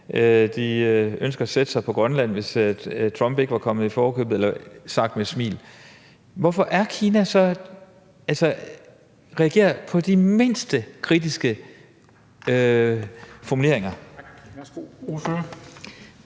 de ønsker at sætte sig på Grønland, hvis Trump ikke var kommet dem i forkøbet – sagt med et smil: Hvorfor reagerer Kina på de mindste kritiske formuleringer?